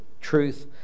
truth